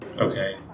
Okay